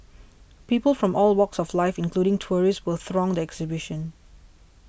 people from all walks of life including tourists still throng the exhibition